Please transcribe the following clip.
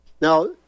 Now